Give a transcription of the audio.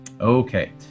Okay